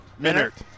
Minert